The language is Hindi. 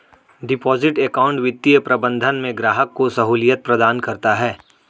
डिपॉजिट अकाउंट वित्तीय प्रबंधन में ग्राहक को सहूलियत प्रदान करता है